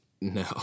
No